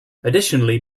additionally